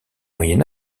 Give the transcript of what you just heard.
moyen